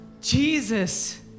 Jesus